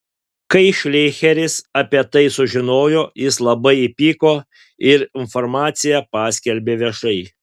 kai šleicheris apie tai sužinojo jis labai įpyko ir informaciją paskelbė viešai